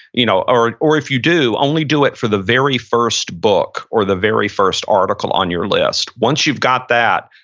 you know or or if you do, only do it for the very first book or the very first article on your list. once you've got that,